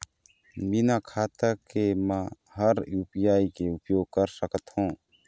बिना खाता के म हर यू.पी.आई के उपयोग कर सकत हो?